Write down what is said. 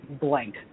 blank